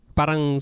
Parang